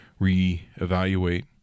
reevaluate